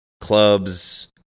clubs